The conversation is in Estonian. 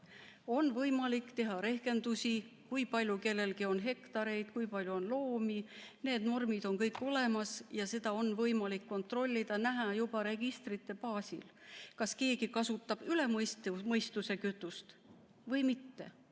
On võimalik teha rehkendusi, kui palju kellelgi on hektareid, kui palju on loomi. Need normid on kõik olemas ja seda on võimalik kontrollida, näha juba registrite baasil, kas keegi kasutab kütust üle mõistuse